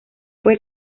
fue